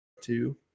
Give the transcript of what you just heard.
two